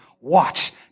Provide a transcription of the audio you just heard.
Watch